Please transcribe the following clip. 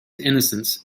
innocence